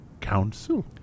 council